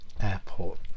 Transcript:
Airport